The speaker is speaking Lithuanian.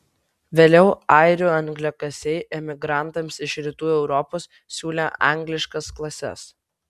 vėliau airių angliakasiai emigrantams iš rytų europos siūlė angliškas klases